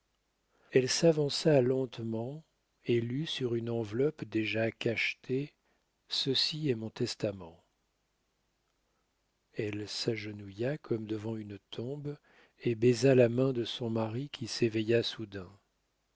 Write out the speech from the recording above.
elle s'avança lentement et lut sur une enveloppe déjà cachetée ceci est mon testament elle s'agenouilla comme devant une tombe et baisa la main de son mari qui s'éveilla soudain